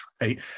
right